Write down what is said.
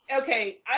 okay